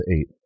Eight